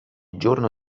giorno